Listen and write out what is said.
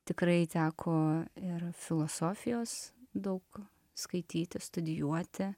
tikrai teko ir filosofijos daug skaityti studijuoti